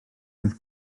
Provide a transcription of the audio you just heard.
roedd